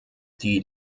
die